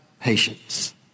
patience